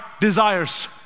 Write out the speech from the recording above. desires